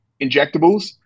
injectables